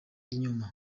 inyuma